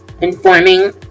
informing